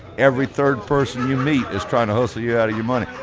every third person you meet is trying to hustle you out of your money.